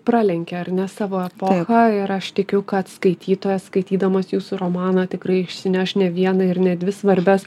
pralenkia ar ne savo epochą ir aš tikiu kad skaitytojas skaitydamas jūsų romaną tikrai išsineš ne vieną ir ne dvi svarbias